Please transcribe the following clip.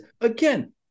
Again